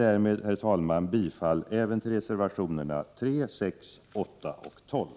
Jag yrkar härmed bifall även till reservationerna 3, 6, 8 och 12.